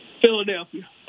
Philadelphia